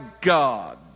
God